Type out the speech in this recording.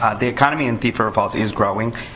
the economy in thief river falls is growing,